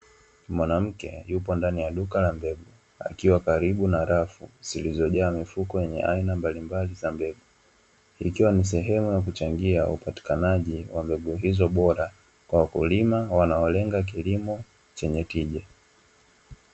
Mwanamke yupo ndani ya duka la mbegu, akiwa karibu na rafu zilizojaa mifuko yenye aina mbalimbali ya mbegu. Ikiwa ni sehemu ya kuchangia upatikanaji wa mbegu hizo bora kwa wakulima wanaolenga kilimo chenye tija.